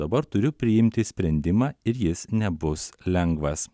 dabar turiu priimti sprendimą ir jis nebus lengvas